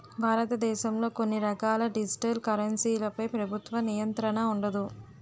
భారతదేశంలో కొన్ని రకాల డిజిటల్ కరెన్సీలపై ప్రభుత్వ నియంత్రణ ఉండదు